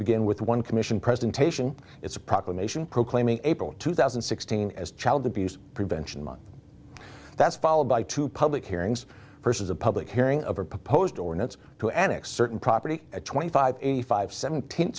begin with one commission presentation it's a proclamation proclaiming april two thousand and sixteen as child abuse prevention month that's followed by two public hearings versus a public hearing of a proposed ordinance to enix certain property at twenty five eighty five seventeenth